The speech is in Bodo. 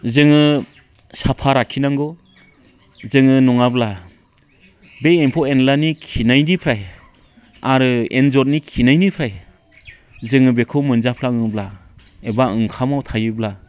जोङो साफा लाखिनांगौ जोङो नङाब्ला बै एम्फौ एनलानि खिनायनिफ्राय आरो एन्जरनि खिनायनिफ्राय जोङो बेखौ मोनजाफ्लाङोब्ला एबा ओंखामाव थायोब्ला